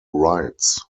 rights